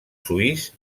suís